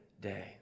day